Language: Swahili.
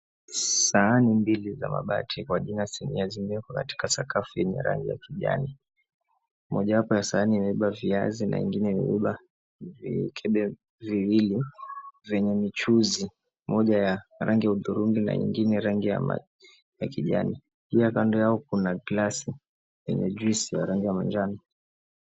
Sahani mbili za mabati kwa jina sinia zimewekwa katika sakafu yenye rangi ya kijani mojawapo ya sahani imebeba viazi na ingine imebeba vikebe viwili venye michuuzi moja ya rangi ya hudhurungi na ingine ya rangi ya kijani pia kando yao kuna glasi yenye juisi ya rangi ya manjano.